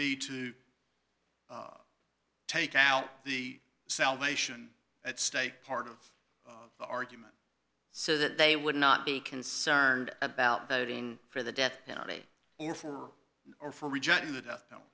be too take out the salvation at stake part of the argument so that they would not be concerned about that in for the death penalty or for